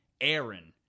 Aaron